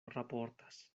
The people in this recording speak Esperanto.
raportas